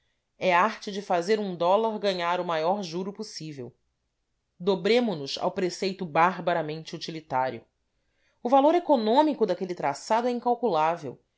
é a arte de fazer um dólar ganhar o maior juro possível dobremo nos ao preceito barbaramente utilitário o valor econômico daquele traçado é incalculável